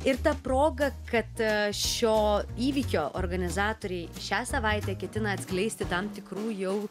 ir ta proga kad šio įvykio organizatoriai šią savaitę ketina atskleisti tam tikrų jau